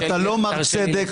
אתה לא מר צדק.